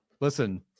listen